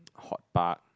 Hort-Park